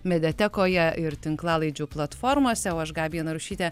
mediatekoje ir tinklalaidžių platformose o aš gabija narušytė